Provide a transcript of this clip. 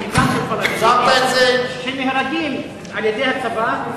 חלקן של פלסטינים שנהרגים על-ידי הצבא,